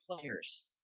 players